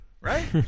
Right